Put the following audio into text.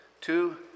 Two